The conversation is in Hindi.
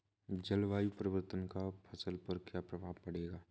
जलवायु परिवर्तन का फसल पर क्या प्रभाव पड़ेगा?